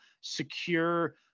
secure